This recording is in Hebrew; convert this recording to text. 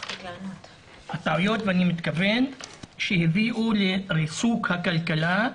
אני מתכוון לטעויות שהביאו לריסוק הכלכלה,